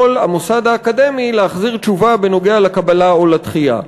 המוסד האקדמי להחזיר תשובה בנוגע לקבלה או לדחייה.